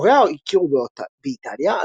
הוריה הכירו באיטליה,